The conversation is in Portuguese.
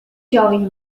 jovens